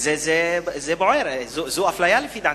היא בוערת, היא אפליה לפי דעתי.